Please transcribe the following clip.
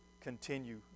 continue